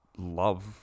love